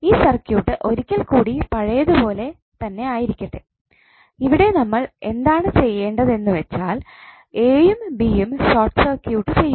ഈ സർക്യൂട്ട് ഒരിക്കൽ കൂടി പഴയതുപോലെതന്നെ ആയിരിക്കട്ടെ ഇവിടെ നമ്മൾ എന്താണ് ചെയ്യേണ്ടത് എന്നുവെച്ചാൽ a യും b യും ഷോർട്ട് സർക്യൂട്ട് ചെയ്യുക